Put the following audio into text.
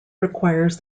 requires